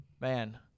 Man